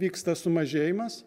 vyksta sumažėjimas